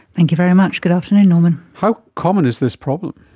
thank you very much, good afternoon norman. how common is this problem?